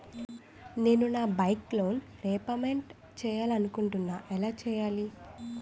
నేను నా bike loan repayment చేయాలనుకుంటున్నా ఎలా చేయాలి?